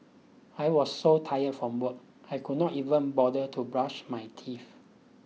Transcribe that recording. I was so tired from work I could not even bother to brush my teeth